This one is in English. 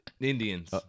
Indians